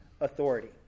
authority